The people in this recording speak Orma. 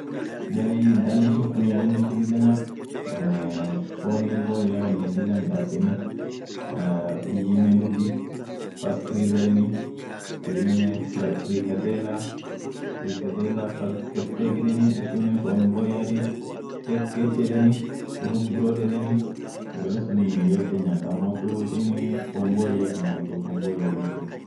Jarii dhanish khun wonishin lila nyatthu ee fonni boyye fonn boyye khna lila midhaseni ee hujinen hindhudhii pastrizz yedheni khadibenien frast free kadhela fastkestge yadheni isunen fonum boyeeti stepgetng yedheni grop grown yedhenini sagale suun yote hinyathi ammothu ishin fonn boye akhan nyati fonn boyye khulii